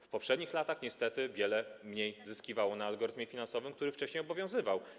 W poprzednich latach niestety wiele mniej zyskiwało na algorytmie finansowym, który wcześniej obowiązywał.